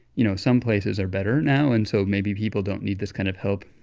you know, some places are better now. and so maybe people don't need this kind of help,